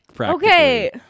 Okay